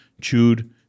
chewed